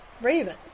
Raven